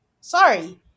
Sorry